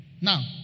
Now